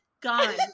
gone